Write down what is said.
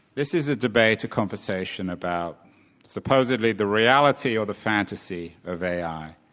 this is a debate a conversation about supposedly the reality or the fantasy of ai.